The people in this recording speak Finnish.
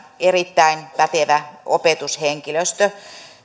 erittäin pätevä opetushenkilöstö